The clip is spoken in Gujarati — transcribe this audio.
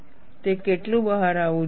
તે કેટલું બહાર આવવું જોઈએ